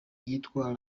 yitwa